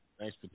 thanks